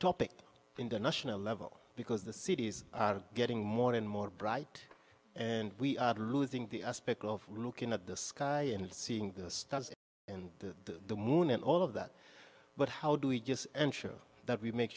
topic in the national level because the cities are getting more and more bright and we are losing the aspect of looking at the sky and seeing the stars and the moon and all of that but how do we just ensure that we make